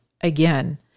again